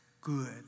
good